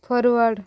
forward